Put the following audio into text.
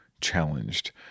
challenged